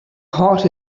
heart